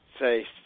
say